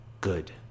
Good